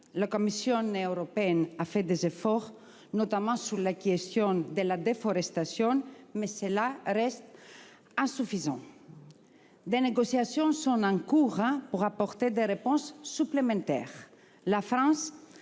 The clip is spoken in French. La Commission européenne a fait des efforts, notamment sur la question de la déforestation, mais cela reste insuffisant. Des négociations sont en cours pour apporter des réponses supplémentaires.